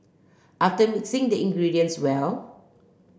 after mixing the ingredients well